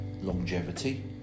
longevity